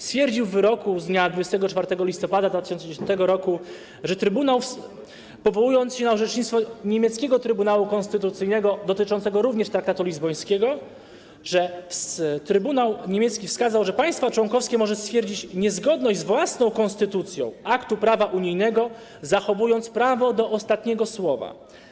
Stwierdził w wyroku z dnia 24 listopada 2010 r., powołując się na orzecznictwo niemieckiego trybunału konstytucyjnego, również dotyczące traktatu lizbońskiego, że trybunał niemiecki wskazał, że państwo członkowskie może stwierdzić niezgodność z własną konstytucją aktu prawa unijnego, zachowując prawo do ostatniego słowa.